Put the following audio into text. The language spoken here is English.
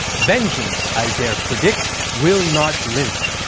vengeance, i dare predict, will not limp.